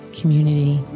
community